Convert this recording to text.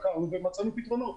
חקרנו ומצאנו פתרונות.